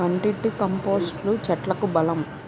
వంటింటి కంపోస్టును చెట్లకు బలం